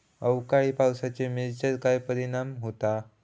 अवकाळी पावसाचे मिरचेर काय परिणाम होता?